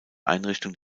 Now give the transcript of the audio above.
einrichtung